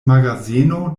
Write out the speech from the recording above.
magazeno